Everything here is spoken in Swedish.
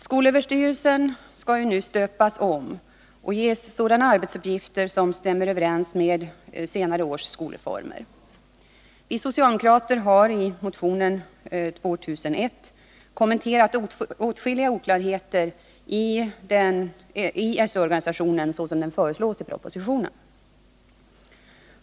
Skolöverstyrelsen skall ju nu stöpas om och ges sådana arbetsuppgifter som stämmer överens med senare års skolreformer. Vi socialdemokrater har i motion 2001 kommenterat åtskilliga oklarheter i SÖ-organisationen sådan den föreslås i propositionen.